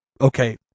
okay